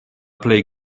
plej